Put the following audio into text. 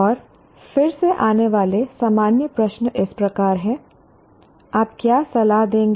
और फिर से आने वाले सामान्य प्रश्न इस प्रकार हैं आप क्या सलाह देंगे